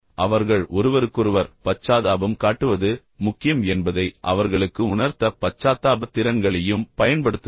உங்கள் பச்சாத்தாப திறன்களைப் பயன்படுத்துங்கள் அவர்கள் ஒருவருக்கொருவர் பச்சாதாபம் காட்டுவது முக்கியம் என்பதை அவர்களுக்கு உணர்த்த அந்த திறன்களையும் பயன்படுத்துங்கள்